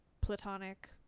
platonic